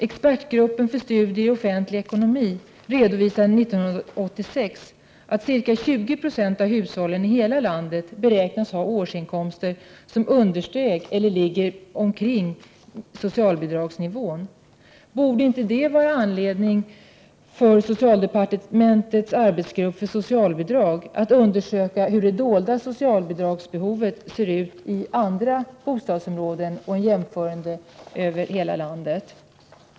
Expertgruppen för studier i offentlig ekonomi redovisade 1986 att ca 20 20 av hushållen i hela landet beräknas ha årsinkomster under eller omkring socialbidragsnivån. Borde inte detta föranleda socialdepartementets arbetsgrupp för socialbidrag att undersöka hur det dolda socialbidragsbehovet ser ut i andra bostadsområden och att göra en jämförelse med förhållandena i hela landet?